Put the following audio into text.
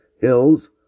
hills